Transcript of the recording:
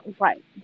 right